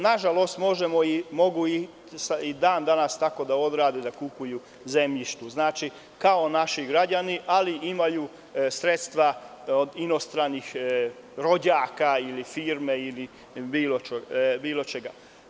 Nažalost, možemo i mogu i dan danas tako da odrade da kupuju zemljište, znači, kao naši građani, ali imaju sredstva inostranih rođaka ili firmi, ili bilo čega.